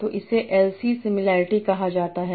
तो इसे L C similarity कहा जाता है